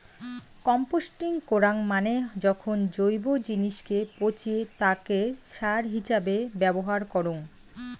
composting করাঙ মানে যখন জৈব জিনিসকে পচিয়ে তাকে সার হিছাবে ব্যবহার করঙ